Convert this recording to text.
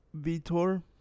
Vitor